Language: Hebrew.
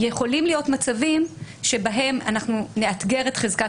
שיכולים להיות מצבים בהם אנחנו נאתגר את חזקת